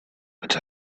but